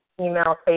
email